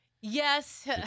yes